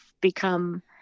become